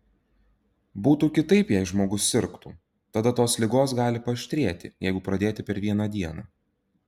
būtų kitaip jei žmogus sirgtų tada tos ligos gali paaštrėti jeigu pradėti per vieną dieną